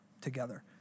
together